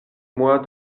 moy